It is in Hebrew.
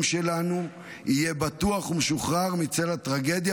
שלנו יהיה בטוח ומשוחרר מצל הטרגדיה.